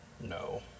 No